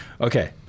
Okay